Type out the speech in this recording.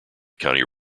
county